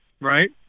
Right